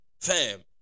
Fam